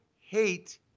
hate